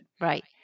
Right